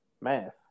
Math